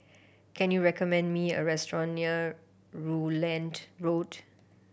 can you recommend me a restaurant near Rutland Road